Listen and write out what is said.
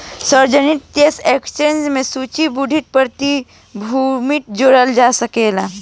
सार्वजानिक stock exchange में सूचीबद्ध प्रतिभूति जोड़ल जा सकेला